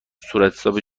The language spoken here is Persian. صورتحساب